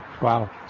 Wow